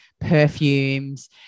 perfumes